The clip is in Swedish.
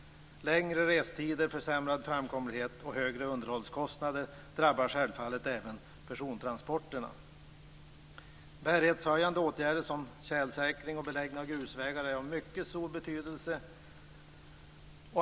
Längre restider, försämrad framkomlighet och högre underhållskostnader drabbar självfallet även persontransporterna. Bärighetshöjande åtgärder såsom tjälsäkring och beläggning av grusvägar är av mycket stor betydelse.